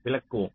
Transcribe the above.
விளக்குவோம்